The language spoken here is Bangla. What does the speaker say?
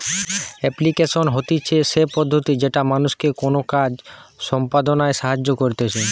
এপ্লিকেশন হতিছে সে পদ্ধতি যেটা মানুষকে কোনো কাজ সম্পদনায় সাহায্য করতিছে